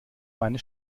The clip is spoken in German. meine